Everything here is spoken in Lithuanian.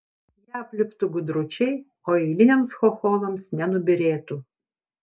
ją apliptų gudručiai o eiliniams chocholams nenubyrėtų